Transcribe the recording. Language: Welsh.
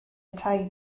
tai